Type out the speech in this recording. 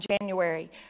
January